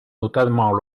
notamment